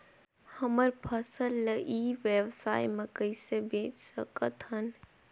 हमर फसल ल ई व्यवसाय मे कइसे बेच सकत हन?